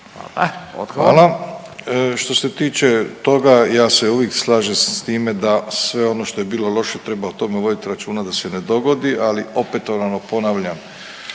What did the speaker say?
Hvala. Što se tiče toga ja se uvijek slažem s time da sve ono što je bilo loše treba o tome voditi računa da se ne dogodi, ali opetovano ponavljam